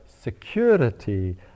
security